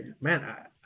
Man